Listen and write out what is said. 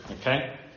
Okay